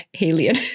alien